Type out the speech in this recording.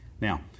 Now